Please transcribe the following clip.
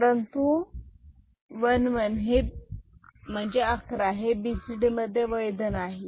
परंतु 11 हे बीसीडी मध्ये वैध नाही